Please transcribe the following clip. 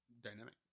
dynamic